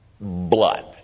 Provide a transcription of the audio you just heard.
blood